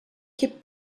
keep